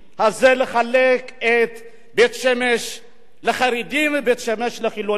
הזה לחלק את בית-שמש לבית-שמש לחרדים ובית-שמש לחילונים,